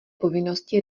povinnosti